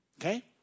Okay